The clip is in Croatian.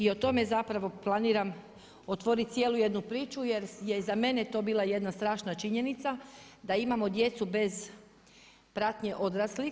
i o tome zapravo planiram otvoriti cijelu jednu priču, jer je za mene to bila jedna strašna činjenica, da imamo djecu bez pratnje odraslih.